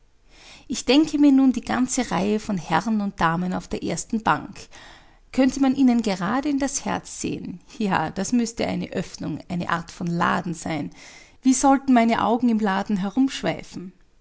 ich denke mir nun die ganze reihe von herren und damen auf der ersten bank könnte man ihnen gerade in das herz sehen ja da müßte eine öffnung eine art von laden sein wie sollten meine augen im laden